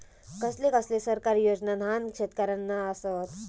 कसले कसले सरकारी योजना न्हान शेतकऱ्यांना आसत?